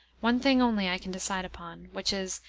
one thing only i can decide upon, which is,